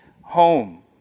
home